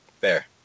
fair